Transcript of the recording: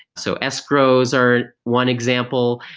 so escrows are one example.